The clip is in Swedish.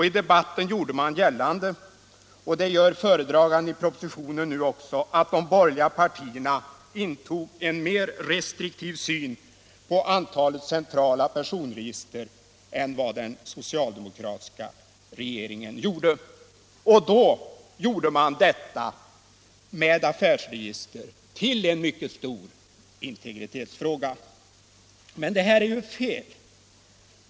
I debatten gjorde man gällande — det gör föredraganden i propositionen nu också — att de borgerliga partierna hade en mer restriktiv syn på antalet centrala personregister än den socialdemokratiska regeringen. Då gjorde man detta med affärsregister till en mycket stor integritetsfråga. Men det är ju fel.